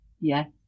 Yes